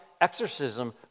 exorcism